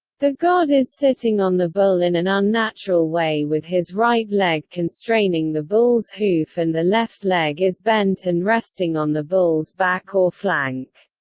the god is sitting on the bull in an unnatural way with his right leg constraining the bull's hoof and the left leg is bent and resting on the bull's back or flank.